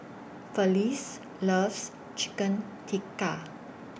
Felice loves Chicken Tikka